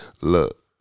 look